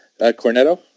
Cornetto